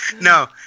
No